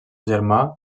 germà